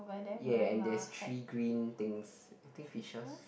ya there is three green things I think fishers